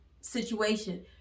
situation